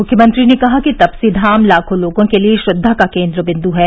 मुख्यमंत्री ने कहा कि तपसी धाम लाखों लोगों के लिये श्रद्वा का केन्द्र बिन्द है